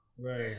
Right